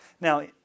Now